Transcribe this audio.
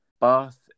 Bath